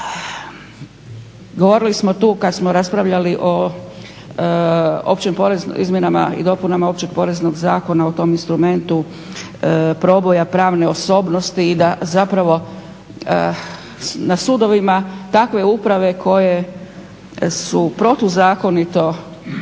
Govorili smo tu kad smo raspravljali o izmjenama i dopunama Općeg poreznog zakona, o tom instrumentu proboja pravne osobnosti. I da zapravo na sudovima takve uprave koje su protuzakonito,